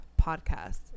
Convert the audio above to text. podcast